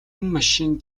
машин